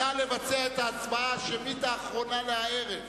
נא לבצע את ההצבעה השמית האחרונה להערב.